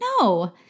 no